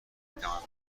تواند